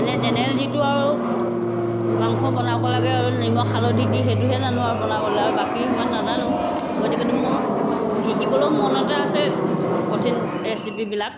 এনে জেনেৰেল যিটো আৰু মাংস বনাব লাগে আৰু নিমখ হালধি দি সেইটোহে জানো আৰু বনাবলৈ আৰু বাকী সিমান নাজানো গতিকেতো মোৰ শিকিবলৈও মন এটা আছে কঠিন ৰেচিপিবিলাক